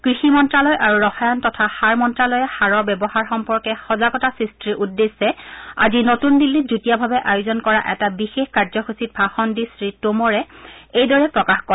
কৃষি মন্ত্ৰালয় আৰু ৰসায়ণ তথা সাৰ মন্ত্ৰালয়ে সাৰৰ ব্যৱহাৰ সম্পৰ্কে সজাগতা সৃষ্টিৰ উদ্দেশ্যে আজি নতুন দিল্লীত যুটীয়াভাৱে আয়োজন কৰা এটা বিশেষ কাৰ্য্যসূচীত ভাষণ দি শ্ৰীটোমৰে এইদৰে প্ৰকাশ কৰে